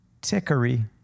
tickery